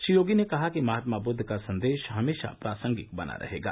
श्री योगी ने कहा कि महात्मा बुद्ध का संदेश हमेशा प्रासंगिक बना रहेगा